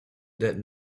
that